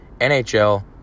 NHL